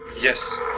Yes